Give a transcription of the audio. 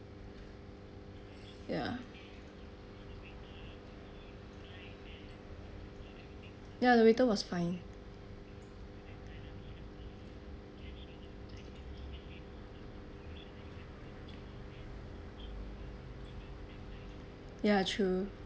ya ya the waiter was fine ya true